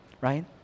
right